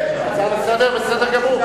הצעה לסדר-היום, בסדר גמור.